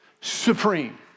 supreme